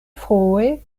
frue